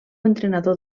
entrenador